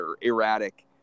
erratic